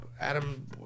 Adam